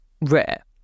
rare